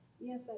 Yes